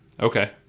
okay